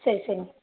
சரி சரி